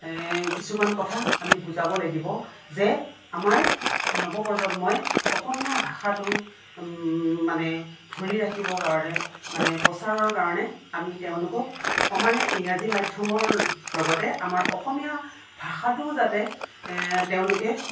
কিছুমান কথা আমি বুজাব লাগিব যে আমাৰ নৱপ্ৰজন্মই অসমীয়া ভাষাটো মানে ধৰি ৰাখিবৰ কাৰণে মানে প্ৰচাৰৰ কাৰণে আমি তেওঁলোকক সমানে ইংৰাজী মাধ্যমৰ লগতে আমাৰ অসমীয়া ভাষাটোও যাতে তেওঁলোকে